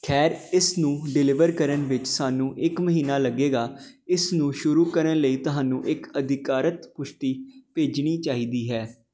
ਖੈਰ ਇਸ ਨੂੰ ਡਿਲੀਵਰ ਕਰਨ ਵਿੱਚ ਸਾਨੂੰ ਇੱਕ ਮਹੀਨਾ ਲੱਗੇਗਾ ਇਸ ਨੂੰ ਸ਼ੁਰੂ ਕਰਨ ਲਈ ਤੁਹਾਨੂੰ ਇੱਕ ਅਧਿਕਾਰਤ ਪੁਸ਼ਟੀ ਭੇਜਣੀ ਚਾਹੀਦੀ ਹੈ